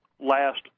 last